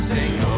Sing